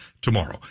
tomorrow